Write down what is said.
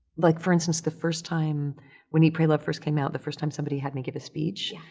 like, for instance, the first time when eat, pray, love first came out, the first time somebody had me give a speech,